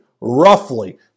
roughly